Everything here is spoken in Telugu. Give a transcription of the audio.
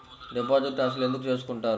డిపాజిట్ అసలు ఎందుకు చేసుకుంటారు?